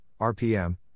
RPM